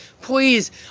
Please